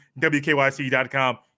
WKYC.com